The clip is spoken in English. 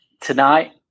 tonight